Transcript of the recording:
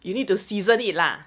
you need to season it lah